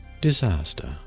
Disaster